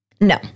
No